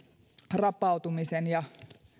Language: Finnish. rapautumista ja